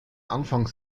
anfang